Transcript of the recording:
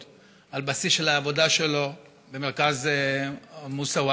על בסיס העבודה שלו במרכז מוסאוא.